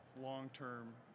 long-term